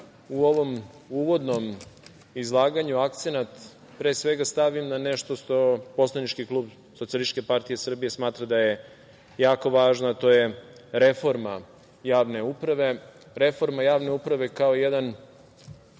u ovom uvodnom izlaganju akcenat pre svega stavim na nešto što poslanički klub SPS smatra da je jako važno, a to je reforma javne uprave. Reforma javne uprave kao jedan